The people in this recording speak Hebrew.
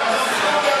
מה זה קשור?